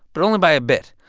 but only by a bit.